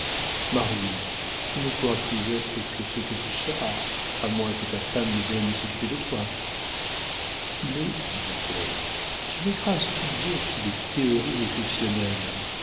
marié tu ne pourras plus être que ce que tu seras à moins que ta femme ne daigne s'occuper de toi mais dit paul tu m'écrases toujours sous des théories exceptionnelles